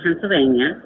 Pennsylvania